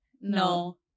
No